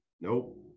nope